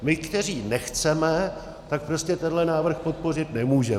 My, kteří nechceme, tak prostě tenhle návrh podpořit nemůžeme.